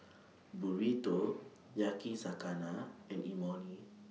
Burrito Yakizakana and Imoni